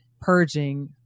purging